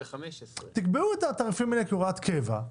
תקבעו את התעריפים האלה כהוראת קבע.